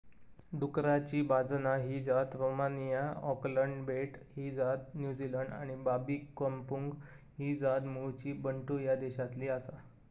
डुकराची बाजना ही जात रोमानिया, ऑकलंड बेट ही जात न्युझीलंड आणि बाबी कंपुंग ही जात मूळची बंटू ह्या देशातली आसा